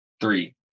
Three